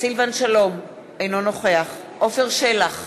סילבן שלום, אינו נוכח עפר שלח,